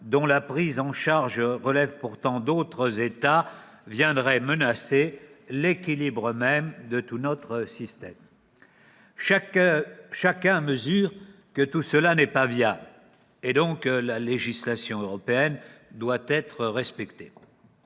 dont la prise en charge relève pourtant d'autres États, viendraient menacer l'équilibre même de tout notre système ? Chacun mesure que tout cela n'est pas viable. La législation européenne doit être respectée.